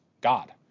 God